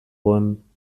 bäumen